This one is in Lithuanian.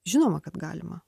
žinoma kad galima